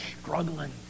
struggling